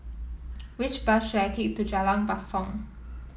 which bus should I take to Jalan Basong